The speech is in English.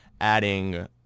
adding